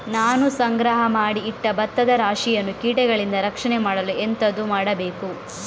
ನಾನು ಸಂಗ್ರಹ ಮಾಡಿ ಇಟ್ಟ ಭತ್ತದ ರಾಶಿಯನ್ನು ಕೀಟಗಳಿಂದ ರಕ್ಷಣೆ ಮಾಡಲು ಎಂತದು ಮಾಡಬೇಕು?